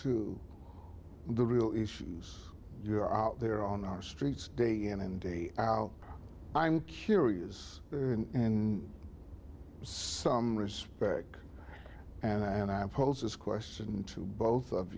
to the real issues you're out there on our streets day in and day out i'm curious in some respects and i and i pose this question to both of